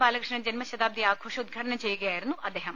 ബാലകൃഷ്ണൻ ജന്മശതാബ്ദി ആഘോഷം ഉദ്ഘാടനം ചെയ്യുകയായി രുന്നു അദ്ദേഹം